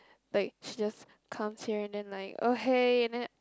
like she just comes here and then like oh hey Annette